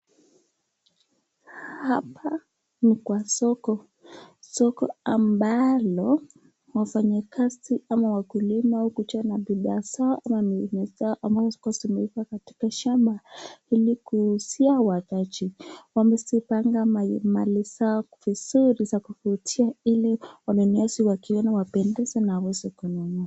Hapa ni kwa soko. Soko ambalo wafanyi kazi ama wakuliwa hukuja na bidhaa zao ama nini zao ama zikiwa zimeiva katika shamba ili kuuzia wataji. Wamezipanga mali zao vizuri za kuvutia ili wanunuzi wakiona wapendezwe na waweze kununua.